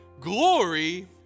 glory